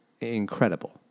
incredible